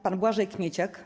Pan Błażej Kmieciak.